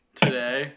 today